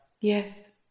Yes